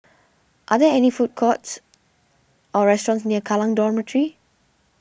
are there any food courts or restaurants near Kallang Dormitory